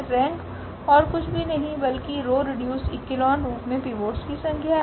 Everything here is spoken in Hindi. रेंक ओर कुछ भी नहीं बल्कि रो रीडयुस्ड इकलोन रूप मे पिवोट्स की संख्या है